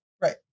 Right